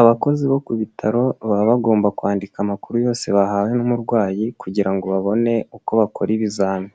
Abakozi bo ku bitaro baba bagomba kwandika amakuru yose bahawe n'umurwayi, kugira ngo babone uko bakora ibizami.